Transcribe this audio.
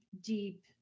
deep